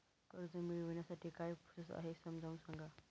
कर्ज मिळविण्यासाठी काय प्रोसेस आहे समजावून सांगा